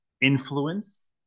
influence